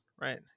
right